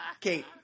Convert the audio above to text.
Kate